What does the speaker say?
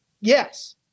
Yes